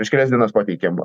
prieš kelias dienas pateikėm